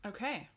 Okay